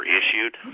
issued